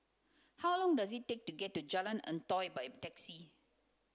how long does it take to get to Jalan Antoi by taxi